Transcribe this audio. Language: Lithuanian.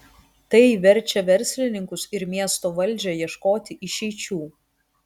tai verčia verslininkus ir miesto valdžią ieškoti išeičių